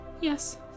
yes